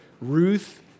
Ruth